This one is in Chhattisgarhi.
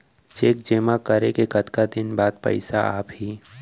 चेक जेमा करे के कतका दिन बाद पइसा आप ही?